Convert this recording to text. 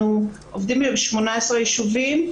אנחנו עובדים עם 18 ישובים,